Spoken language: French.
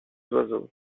oiseaux